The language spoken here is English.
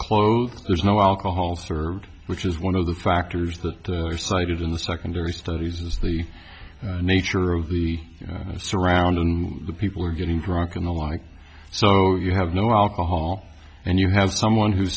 close there's no alcohol served which is one of the factors that are cited in the secondary studies is the nature of the surrounding people are getting drunk and the like so you have no alcohol and you have someone who